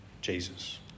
Jesus